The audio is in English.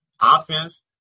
offense